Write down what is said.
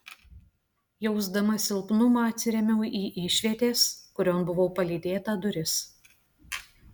jausdama silpnumą atsirėmiau į išvietės kurion buvau palydėta duris